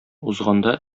узганда